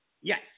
Yes